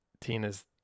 Tina's